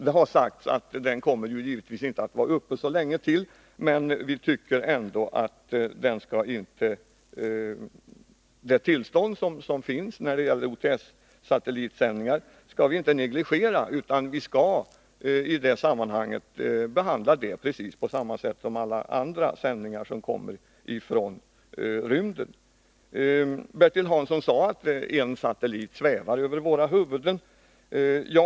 Det har sagts att OTS-satelliten givetvis inte kommer att vara uppe så länge till, men vi tycker ändå att vi inte skall negligera det tillstånd som finns när det gäller OTS-satellitsändningar, utan vi skall behandla det på samma sätt som i fråga om alla andra sändningar från rymden. Bertil Hansson sade att en satellit svävar över våra huvuden.